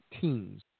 teams